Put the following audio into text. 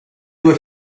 due